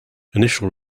initial